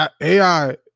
AI